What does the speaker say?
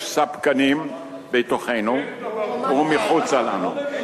יש ספקנים בתוכנו ומחוץ לנו.